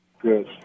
Good